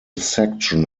section